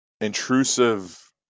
intrusive